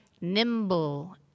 nimble